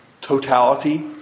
Totality